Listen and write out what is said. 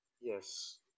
Yes